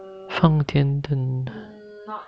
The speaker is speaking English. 放天灯